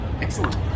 Excellent